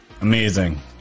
Amazing